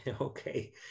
Okay